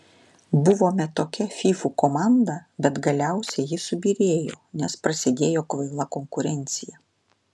buvome tokia fyfų komanda bet galiausiai ji subyrėjo nes prasidėjo kvaila konkurencija